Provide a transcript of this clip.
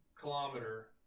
kilometer